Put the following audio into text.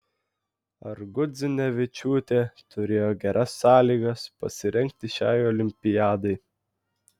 ar gudzinevičiūtė turėjo geras sąlygas pasirengti šiai olimpiadai